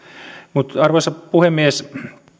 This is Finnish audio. arvoisa puhemies